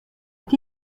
het